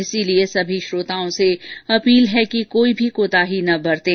इसलिए सभी श्रोताओं से अपील है कि कोई भी कोताही न बरतें